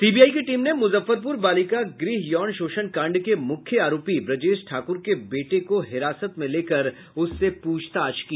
CBI की team ने मुजफ्फरपुर बालिका गृह यौन शोषण कांड के मुख्य आरोपी ब्रजेश ठाकुर के बेटे को हिरासत में लेकर उससे पूछताछ की